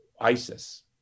ISIS